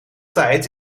tijd